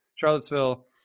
charlottesville